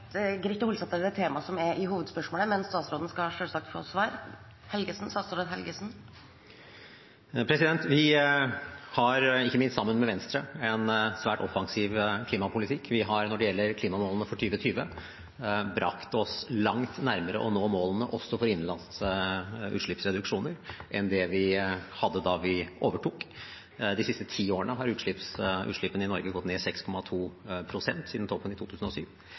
til det temaet som er i hovedspørsmålet, men statsråden skal selvsagt få svare. Vi har – ikke minst sammen med Venstre – en svært offensiv klimapolitikk. Vi har, når det gjelder klimamålene for 2020, brakt oss langt nærmere å nå målene også for innenlands utslippsreduksjoner enn det vi hadde da vi overtok. De siste ti årene har utslippene i Norge gått ned 6,2 pst. siden toppen i 2007.